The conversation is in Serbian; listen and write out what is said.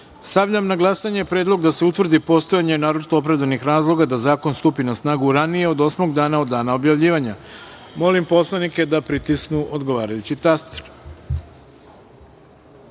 razlozi. Stavljam na glasanje Predlog da se utvrdi postojanje naročito opravdanih razloga da zakon stupi na snagu ranije od osmog dana od dana objavljivanja. Molim poslanike da pritisnu odgovarajući